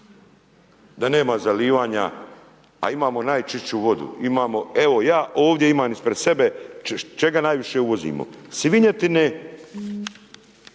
da nema zalijevanja, a imamo najčišću vodu, imamo, evo, ja ovdje imam ispred sebe, čega najviše uvozimo, svinjetine,